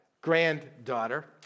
granddaughter